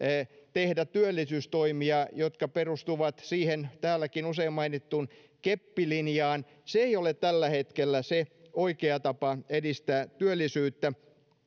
tehdä työllisyystoimia jotka perustuvat siihen täälläkin usein mainittuun keppilinjaan ei ole tällä hetkellä se oikea tapa edistää työllisyyttä